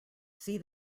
see